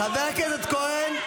--- חבר הכנסת כהן.